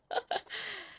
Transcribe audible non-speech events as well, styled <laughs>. <laughs>